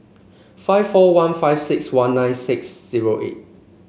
five four one five six one nine six zero eight